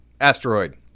Asteroid